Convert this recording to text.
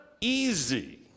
easy